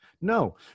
No